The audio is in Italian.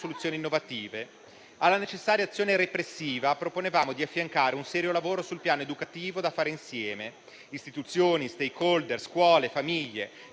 innovative. Alla necessaria azione repressiva proponevamo di affiancare un serio lavoro sul piano educativo, da fare insieme, da parte di istituzioni, *stakeholder,* scuole e famiglie,